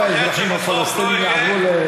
כל האזרחים הפלסטינים יעברו,